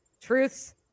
truths